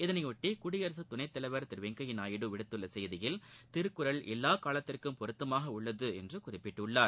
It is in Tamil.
இதனைபொட்டி குடியரசுத் துணைத் தலைவர் திரு வெங்கையா நாயுடு விடுத்துள்ள செய்தியில் திருக்குறள் எல்லா காலத்திற்கும் பொருத்தமாக உள்ளது என்று குறிப்பிட்டுள்ளார்